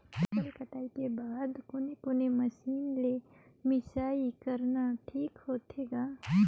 फसल कटाई के बाद कोने कोने मशीन ले मिसाई करना ठीक होथे ग?